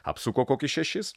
apsuko kokius šešis